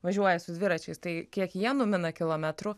važiuoja su dviračiais tai kiek jie numina kilometrų